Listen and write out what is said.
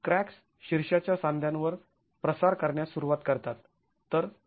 cracks शीर्षाच्या सांध्यावर प्रसार करण्यास सुरुवात करतात